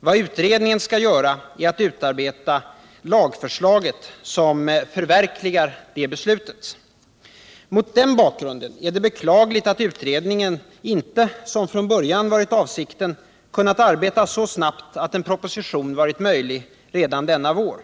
Vad utredningen skall göra är att utarbeta lagförslaget som förverkligar beslutet. Mot den bakgrunden är det beklagligt att utredningen inte, som från början var avsikten, kunnat arbeta så snabbt att en proposition kunnat komma redan denna vår.